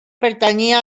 pertanyia